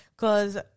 Cause